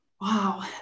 Wow